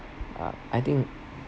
uh I think